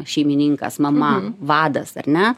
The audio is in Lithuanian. šeimininkas mama vadas ar ne